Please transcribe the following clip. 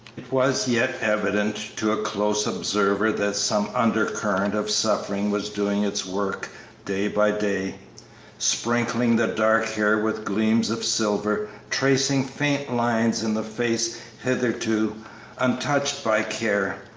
it was yet evident to a close observer that some undercurrent of suffering was doing its work day by day sprinkling the dark hair with gleams of silver, tracing faint lines in the face hitherto untouched by care,